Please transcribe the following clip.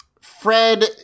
Fred